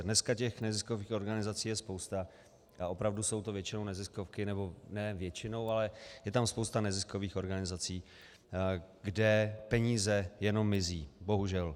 Dneska těch neziskových organizací je spousta a opravdu jsou to většinou neziskovky, nebo ne většinou, ale je tam spousta neziskových organizací, kde peníze jenom mizí. Bohužel.